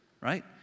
right